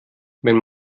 wenn